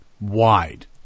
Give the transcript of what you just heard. wide